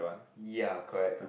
ya correct